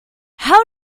how